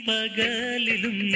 Pagalilum